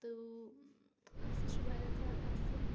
تہٕ سُہ چھُ واریاہ زیادٕ اَصٕل